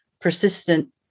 persistent